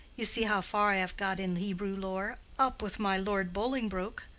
you see how far i have got in hebrew lore up with my lord bolingbroke,